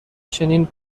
چنین